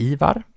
Ivar